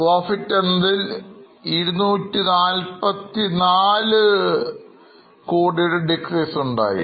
Profit എന്നതിൽ 244 Decrease ഉണ്ടായി